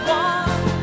one